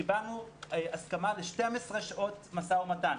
קיבלנו הסכמה ל-12 שעות משא-ומתן,